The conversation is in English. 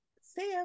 sam